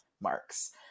marks